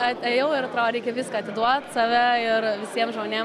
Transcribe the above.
at ėjau ir atro reikia viską atiduot save ir visiem žmonėm